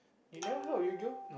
you never heard of Yu-gi-oh